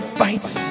fights